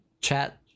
chat